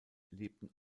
lebten